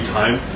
time